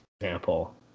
example